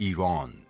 Iran